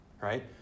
right